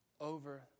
over